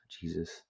jesus